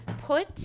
put